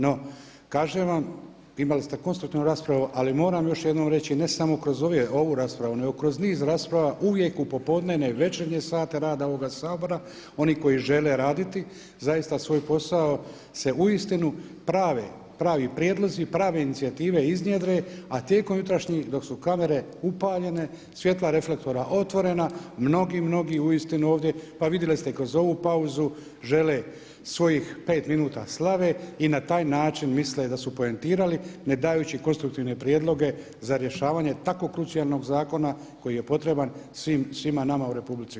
No, kažem vam, imali ste konstruktivnu raspravu, ali moram još jednom reći, ne samo kroz ovu raspravu, nego kroz niz rasprava, uvijek u popodnevne i večernje sate rada ovoga Sabora, oni koji žele raditi zaista svoj posao, se uistinu prave pravi prijedlozi, prave inicijative iznjedre, a tijekom jutrašnjih dok su kamere upaljene, svjetla reflektora otvorena, mnogi, mnogi uistinu ovdje, pa vidjeli ste i kroz ovu pauzu, žele svojih pet minuta slave i na taj način misle da su poentirali, ne dajući konstruktivne prijedloge za rješavanje tako krucijalnog zakona koji je potreban svima nama u Republici Hrvatskoj.